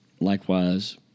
Likewise